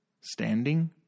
standing